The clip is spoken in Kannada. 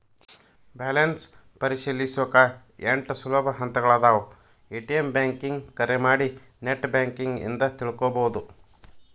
ಬ್ಯಾಲೆನ್ಸ್ ಪರಿಶೇಲಿಸೊಕಾ ಎಂಟ್ ಸುಲಭ ಹಂತಗಳಾದವ ಎ.ಟಿ.ಎಂ ಬ್ಯಾಂಕಿಂಗ್ ಕರೆ ಮಾಡಿ ನೆಟ್ ಬ್ಯಾಂಕಿಂಗ್ ಇಂದ ತಿಳ್ಕೋಬೋದು